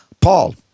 Paul